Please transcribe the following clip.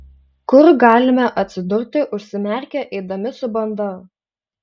kur galime atsidurti užsimerkę eidami su banda